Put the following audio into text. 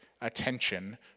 attention